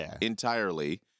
entirely